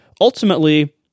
ultimately